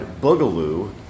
Boogaloo